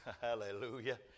Hallelujah